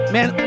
Man